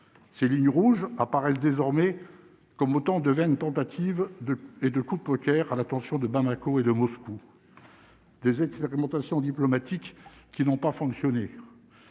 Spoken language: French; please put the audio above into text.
ses lignes rouges apparaissent désormais comme autant de vaines tentatives de et de coup de poker à l'attention de Bamako et de Moscou. Des expérimentations diplomatique qui n'ont pas fonctionné,